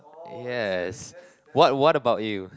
yes what what about you